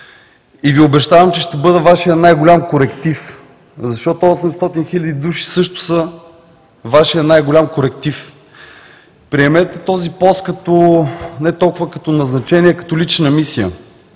и Ви обещавам, че ще бъда Вашият най-голям коректив, защото 800 хиляди души са Вашият най-голям коректив. Приемете този пост не толкова като значение, а като лична мисия.